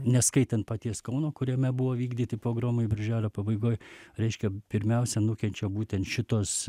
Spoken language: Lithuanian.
neskaitant paties kauno kuriame buvo vykdyti pogromai birželio pabaigoj reiškia pirmiausia nukenčia būtent šitos